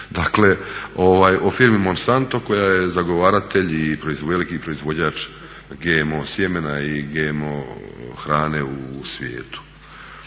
dakle o firmo Monsanto koja je zagovaratelj i veliki proizvođač GMO sjemena i GMO hrane u svijetu.